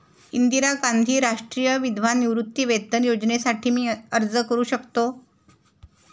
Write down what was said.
इंदिरा गांधी राष्ट्रीय विधवा निवृत्तीवेतन योजनेसाठी मी अर्ज करू शकतो?